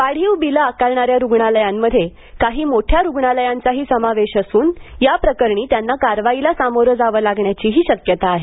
वाढीव बिलं आकारणाऱ्या रुग्णालयांमध्ये काही मोठ्या रुग्णालयांचाही समावेश असून याप्रकरणी त्यांना कारवाईला सामोरं जावं लागण्याचीही शक्यता आहे